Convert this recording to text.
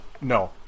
No